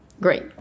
Great